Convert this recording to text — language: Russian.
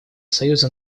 союза